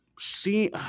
See